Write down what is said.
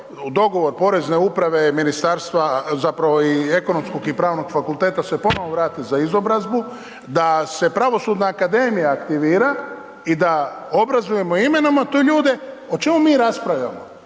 dogovoru porezne uprave i ministarstva, zapravo i Ekonomskog i Pravnog fakulteta se ponovno vrati za izobrazbu, da se Pravosudna akademija aktivira i da obrazujemo i imenujemo te ljude, o čemu mi raspravljamo?